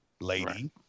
lady